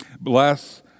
bless